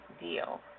deal